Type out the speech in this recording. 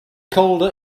colder